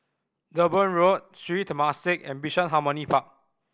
Durban Road Sri Temasek and Bishan Harmony Park